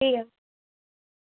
ठीक ऐ